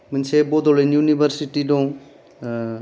मोनसे बड'लेण्ड इउनिभार्सिति दं